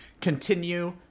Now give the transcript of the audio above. Continue